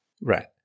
Right